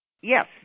Yes